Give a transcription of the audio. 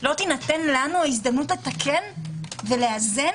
לא תינתן לנו ההזדמנות לתקן ולאזן?